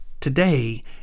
today